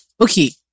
okay